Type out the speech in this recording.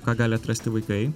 ką gali atrasti vaikai